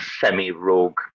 semi-rogue